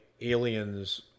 aliens